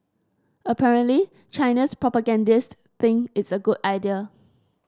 apparently China's propagandist think it's a good idea